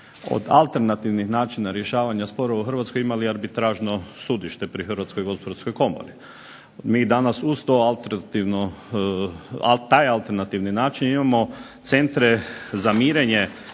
od alternativnih načina rješavanja sporova u Hrvatskoj imali arbitražno sudište pri Hrvatskoj gospodarskoj komori. Mi danas uz taj alternativni način imamo centre za mirenje